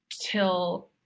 till